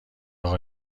اقا